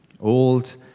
old